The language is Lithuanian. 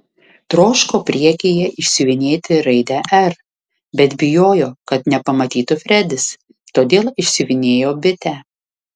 troško priekyje išsiuvinėti raidę r bet bijojo kad nepamatytų fredis todėl išsiuvinėjo bitę